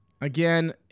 Again